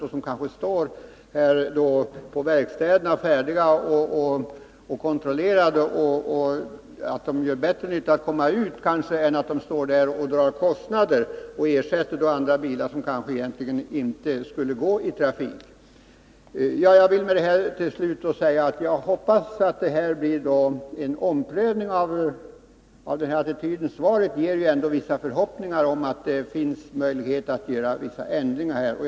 De kanske står färdiga och kontrollerade på verkstäderna och skulle göra bättre nytta genom att komma till användning än att bara stå där och dra kostnader. De skulle kanske kunna ersätta andra bilar som egentligen inte borde gå i trafik. Jag vill med detta inlägg slutligen säga att jag hoppas att en omprövning kommer till stånd. Den attityd som kom till uttryck i svaret ger vissa förhoppningar om att det finns möjlighet till vissa ändringar av de rådande förhållandena.